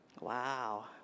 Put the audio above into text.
Wow